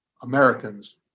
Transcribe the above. Americans